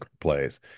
plays